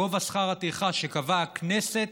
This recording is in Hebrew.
גובה שכר הטרחה שקבעה הכנסת,